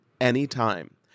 anytime